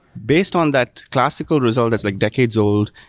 based on that classical result as like decade's old,